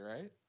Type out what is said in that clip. right